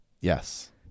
Yes